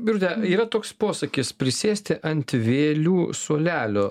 birute yra toks posakis prisėsti ant vėlių suolelio